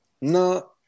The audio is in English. No